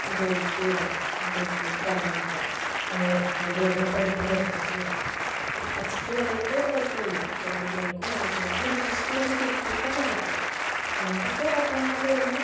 ജോലിക്ക് വിട ഗൾഫിലേക്കു പറഞ്ഞയക്കുക അതായത് ഇവിടെ നിന്നു പഠിപ്പു നിർത്തിയിട്ട് ഒരു പ്ലസ് ടു വരെയൊക്കെ കുഴപ്പമില്ല പെൺകുട്ടികൾക്കും ആൺകുട്ടികൾക്കും ഒരു പ്ലസ് ടു വരെയൊക്കെ ഇപ്പോഴത്തെ കാലത്ത് പണ്ടൊക്കെ പത്താം ക്ലാസ് കഴിഞ്ഞാൽ